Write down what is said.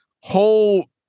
whole